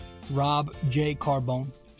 robjcarbone